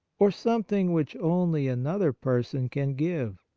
or something which only another person can give,